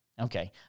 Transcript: Okay